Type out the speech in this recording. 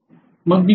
मग मी काय करावे